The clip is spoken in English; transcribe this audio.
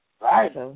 Right